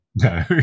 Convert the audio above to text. No